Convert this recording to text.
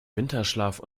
winterschlaf